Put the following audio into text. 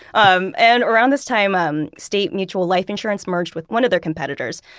um and around this time um state mutual life insurance merged with one of their competitors.